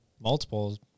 multiples